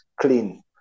clean